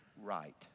Right